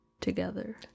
together